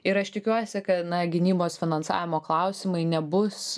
ir aš tikiuosi kad gynybos finansavimo klausimai nebus